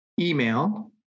email